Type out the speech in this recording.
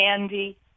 Andy